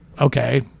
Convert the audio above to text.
okay